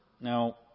Now